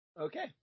Okay